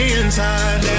inside